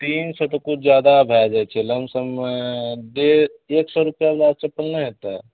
तीन सओ तऽ किछु जादा भए जाइ छै लमसममे डेढ़ एक सओ रुपैआवला चप्पल नहि हेतय